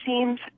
seems